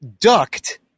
ducked